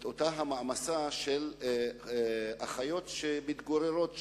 אותה מעמסה כמו של אחיות שמתגוררות שם.